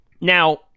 Now –